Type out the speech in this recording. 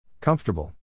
Comfortable